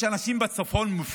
יש אנשים מפונים